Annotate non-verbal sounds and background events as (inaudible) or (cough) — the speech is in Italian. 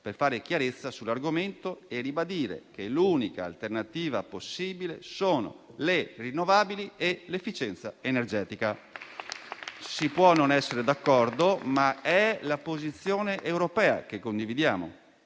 per fare chiarezza sull'argomento e ribadire che l'unica alternativa possibile sono le rinnovabili e l'efficienza energetica. (applause) Si può non essere d'accordo, ma è la posizione europea, che condividiamo.